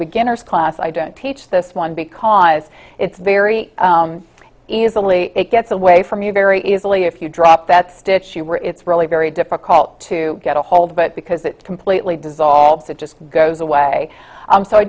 beginner's class i don't teach this one because it's very easily it gets away from you very easily if you drop that stitch you were it's really very difficult to get a hold but because it's completely dissolved it just goes away so i